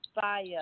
fire